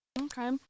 okay